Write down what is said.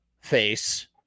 face